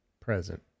present